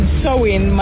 sewing